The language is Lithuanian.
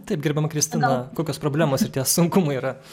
taip gerbiama kristina kokios problemos ir tie sunkumai yra